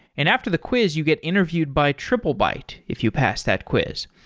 and after the quiz you get interviewed by triplebyte if you pass that quiz.